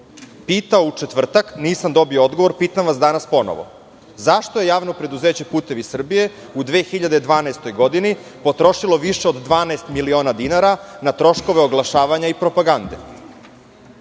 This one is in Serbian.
pitao u četvrtak, nisam dobio odgovor, pitam vas danas ponovo – zašto je JP Putevi Srbije u 2012. godini potrošilo više od 12 miliona dinara na troškove oglašavanja i propagande? Zašto